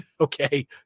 Okay